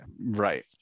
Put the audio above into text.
right